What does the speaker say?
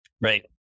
Right